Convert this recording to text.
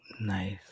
Nice